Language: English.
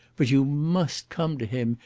but you must come to him!